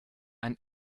ein